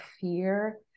fear